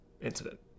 incident